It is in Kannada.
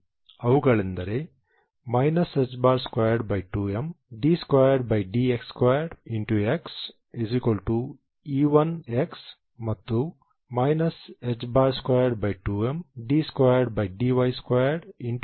ಅವುಗಳೆಂದರೆ ħ22md2dx2XE1X ಮತ್ತು ħ22md2dy2YE2Y